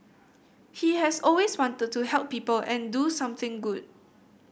he has always wanted to help people and do something good